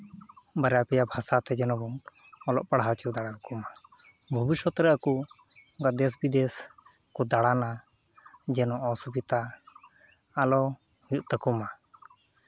ᱵᱟᱨᱭᱟ ᱯᱮᱭᱟ ᱵᱷᱟᱥᱟ ᱛᱮ ᱡᱮᱱᱚ ᱵᱚᱱ ᱚᱞᱚᱜ ᱯᱟᱲᱦᱟᱣ ᱦᱚᱪᱚ ᱫᱟᱲᱮᱭᱟᱠᱚ ᱢᱟ ᱵᱷᱚᱵᱤᱥᱥᱚᱛ ᱨᱮ ᱟᱠᱚ ᱚᱱᱠᱟ ᱫᱮᱥ ᱵᱤᱫᱮᱥ ᱠᱚ ᱫᱟᱬᱟᱱᱟ ᱡᱮᱱᱚ ᱚᱥᱩᱵᱤᱛᱟ ᱟᱞᱚ ᱦᱩᱭᱩᱜ ᱛᱟᱠᱚᱢᱟ